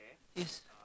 yes